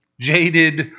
jaded